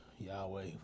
Yahweh